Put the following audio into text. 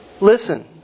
Listen